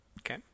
Okay